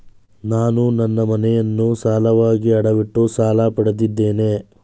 ನಾನು ನನ್ನ ಮನೆಯನ್ನು ಸಾಲವಾಗಿ ಅಡವಿಟ್ಟು ಸಾಲ ಪಡೆದಿದ್ದೇನೆ